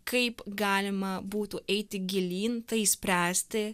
kaip galima būtų eiti gilyn tai spręsti